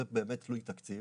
זה באמת תלוי תקציב.